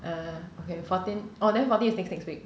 ah okay fourteen oh then fourteen is next next week